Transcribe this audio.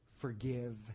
forgive